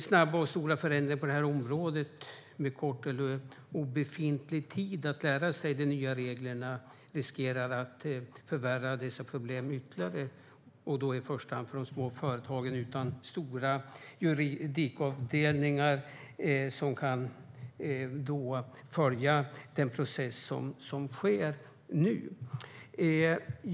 Snabba och stora förändringar på det här området, med kort eller obefintlig tid att lära sig de nya reglerna, riskerar att förvärra dessa problem ytterligare, då i första hand för de små företagen utan stora juridikavdelningar som kan följa den process som sker nu.